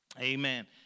Amen